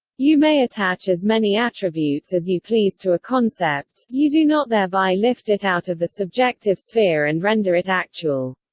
you may attach as many attributes as you please to a concept you do not thereby lift it out of the subjective sphere and render it actual.